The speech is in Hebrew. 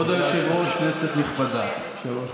חבר הכנסת קיש, בבקשה, שלוש דקות.